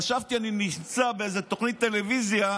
חשבתי שאני נמצא באיזו תוכנית טלוויזיה,